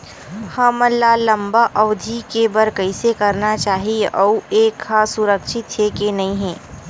हमन ला लंबा अवधि के बर कइसे करना चाही अउ ये हा सुरक्षित हे के नई हे?